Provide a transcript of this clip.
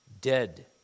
dead